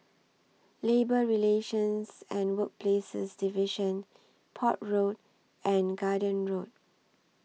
Labour Relations and Workplaces Division Port Road and Garden Road